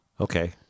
Okay